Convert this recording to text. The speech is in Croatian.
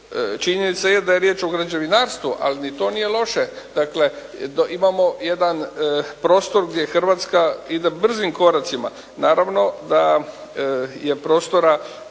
Činjenica je da je riječ o građevinarstvu, ali ni to nije loše, dakle imamo jedan prostor gdje Hrvatska ide brzim koracima. Naravno da je prostora